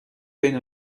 بین